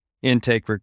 intake